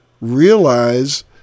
realize